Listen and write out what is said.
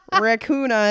raccoon